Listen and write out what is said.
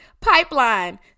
pipeline